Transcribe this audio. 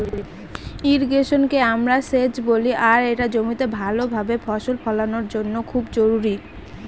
ইর্রিগেশনকে আমরা সেচ বলি আর এটা জমিতে ভাল ভাবে ফসল ফলানোর জন্য খুব জরুরি